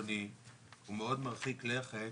הוא מאוד מרחיק לכת.